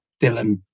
Dylan